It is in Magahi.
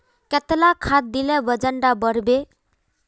कतला खाद देले वजन डा बढ़बे बे?